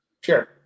Sure